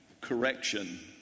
correction